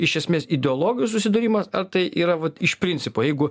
iš esmės ideologijų susidūrimas ar tai yra vat iš principo jeigu